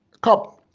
cup